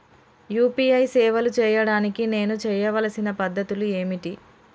UPI సేవలు చేయడానికి నేను చేయవలసిన పద్ధతులు ఏమిటి?